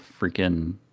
freaking